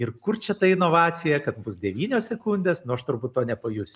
ir kur čia ta inovacija kad bus devynios sekundės nu aš turbūt to nepajusiu